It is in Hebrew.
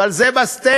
אבל זה ב-State,